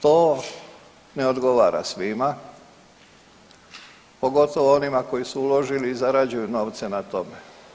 To ne odgovara svima, pogotovo onima koji su uložili i zarađuju novce na tome.